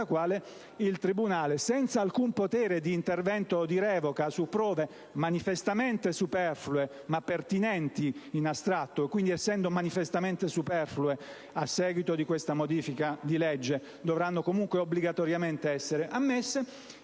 cui il tribunale non avrà alcun potere di intervento o di revoca su prove manifestamente superflue, ma pertinenti in astratto e che, in quanto tali, a seguito di questa modifica di legge, dovranno comunque obbligatoriamente essere ammesse.